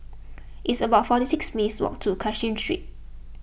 it's about forty six minutes' walk to Cashin Street